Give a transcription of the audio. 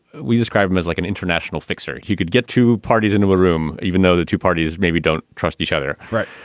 we describe him as like an international fixer. he could get to parties into a room, even though the two parties maybe don't trust each other. right.